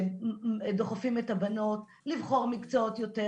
שדוחפים את הבנות לבחור מקצועות יותר